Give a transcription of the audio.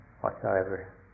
whatsoever